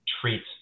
treats